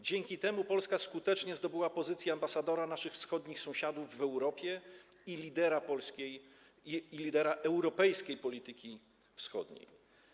Dzięki temu Polska skutecznie zdobyła pozycję ambasadora naszych wschodnich sąsiadów w Europie i lidera europejskiej polityki wschodniej.